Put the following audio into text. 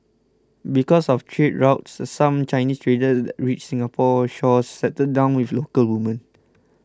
because of trade routes some Chinese traders that reached Singapore's shores settled down with local women